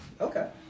Okay